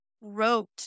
wrote